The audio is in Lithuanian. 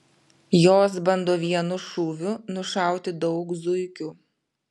jos bando vienu šūviu nušauti daug zuikių